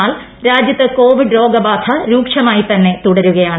എന്നാൽ രാജ്യത്ത് കോവിഡ് രോഗബാധ രൂക്ഷമായി തന്നെ തുടരുകയാണ്